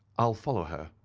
i'll follow her,